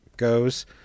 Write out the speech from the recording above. goes